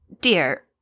dear